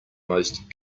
most